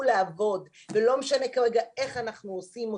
לעבוד ולא משנה כרגע איך אנחנו עושים אותם,